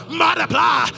multiply